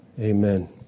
Amen